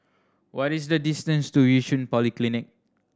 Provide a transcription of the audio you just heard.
what is the distance to Yishun Polyclinic